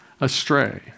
astray